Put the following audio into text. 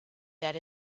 that